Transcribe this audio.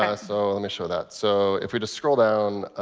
ah ah so let me show that. so if we just scroll down,